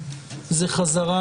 היא חזרה